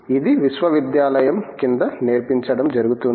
ఇది విశ్వవిద్యాలయం కింద నేర్పించడం జరుగుతుంది